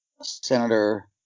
Senator